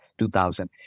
2000